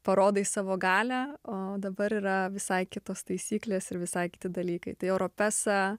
parodai savo galią o dabar yra visai kitos taisyklės ir visai kiti dalykai tai europesa